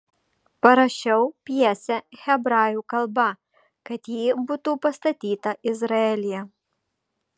parašiau pjesę hebrajų kalba kad ji būtų pastatyta izraelyje